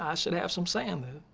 ah should have some say um in